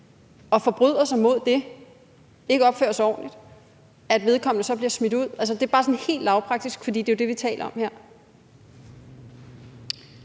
og forbryder sig mod dem og ikke opfører sig ordentligt, så bliver vedkommende smidt ud? Altså, det er bare sådan helt lavpraktisk, for det er jo det, vi taler om her.